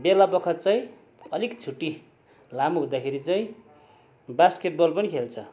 बेलाबखत चाहिँ अलिक छुट्टी लामो हुँदाखेरि चाहिँ बास्केटबल पनि खेल्छ